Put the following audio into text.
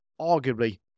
arguably